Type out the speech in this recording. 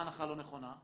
למה הנחה לא נכונה?